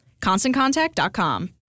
ConstantContact.com